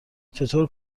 چطور